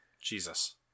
Jesus